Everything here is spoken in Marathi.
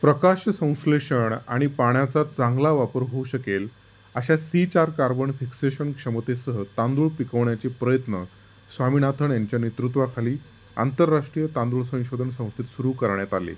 प्रकाश संश्लेषण आणि पाण्याचा चांगला वापर होऊ शकेल अशा सी चार कार्बण फिक्सेशन क्षमतेसह तांदूळ पिकवण्याचे प्रयत्न स्वामीनाथन यांच्या नेतृत्वाखाली आंतरराष्ट्रीय तांदूळ संशोधन संस्थेत सुरू करण्यात आले